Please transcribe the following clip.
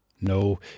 No